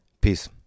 Peace